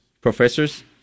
professors